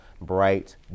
bright